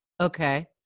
Okay